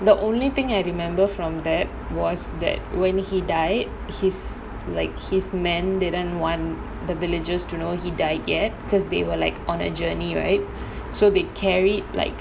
the only thing I remember from that was that when he died his like his men didn't want the villagers to know he died yet because they were like on a journey right so they carried like